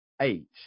eight